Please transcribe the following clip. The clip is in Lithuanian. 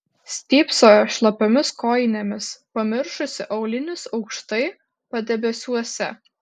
stypsojo šlapiomis kojinėmis pamiršusi aulinius aukštai padebesiuose